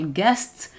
guests